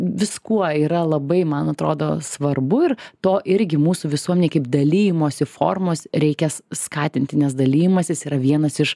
viskuo yra labai man atrodo svarbu ir to irgi mūsų visuomenei kaip dalijimosi formos reikia skatinti nes dalijimasis yra vienas iš